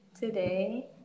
today